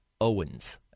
Owens